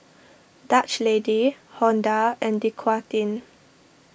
Dutch Lady Honda and Dequadin